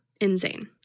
Insane